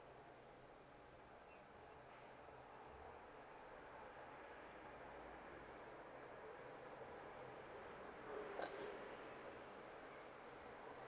ah